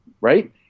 right